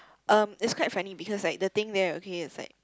um it's quite funny because like the thing there okay is like